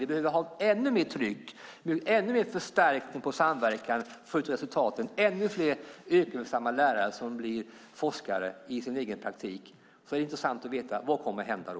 Vi behöver ha ännu mer tryck och förstärkning av samverkan för att förbättra resultaten, ännu fler yrkesverksamma lärare som blir forskare i sin egen praktik. Det vore intressant att veta vad som kommer att hända då.